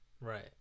Right